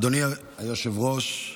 אדוני היושב-ראש,